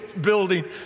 building